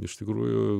iš tikrųjų